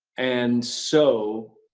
and so,